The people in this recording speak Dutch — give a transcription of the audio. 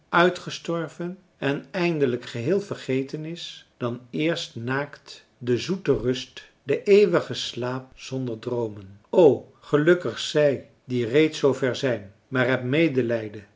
uitgestorven en eindelijk geheel vergeten is dan eerst naakt de zoete rust de eeuwige slaap zonder droomen o gelukkig zij die reeds zoover zijn maar heb medelijden